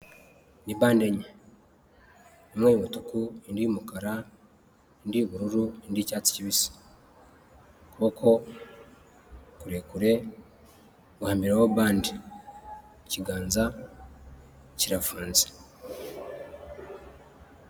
Ni bande enye, imwe y'umutuku, indi y'umukara, indi y'ubururu, indi y'icyatsi kibisi, ukuboko kurerekure guhambiriyeho bande, ikiganza kirafunze.